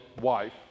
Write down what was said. wife